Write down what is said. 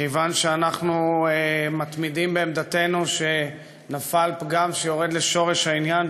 כיוון שאנחנו מתמידים בעמדתנו שנפל פגם שיורד לשורש העניין,